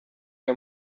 ayo